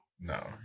No